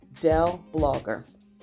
DellBlogger